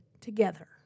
together